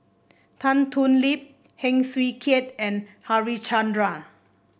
Tan Thoon Lip Heng Swee Keat and Harichandra